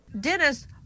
Dennis